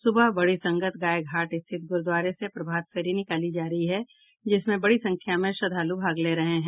सुबह बड़ी संगत गाय घाट स्थित गुरूद्वारे से प्रभात फेरी निकाली जा रही है जिसमें बड़ी संख्या में श्रद्वालू भाग ले रहे हैं